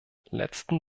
letzten